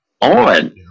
on